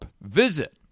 Visit